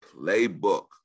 playbook